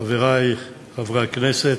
חברי חברי הכנסת,